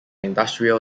industrial